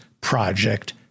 Project